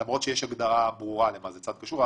למרות שיש הגדרה ברורה מה זה צד קשור.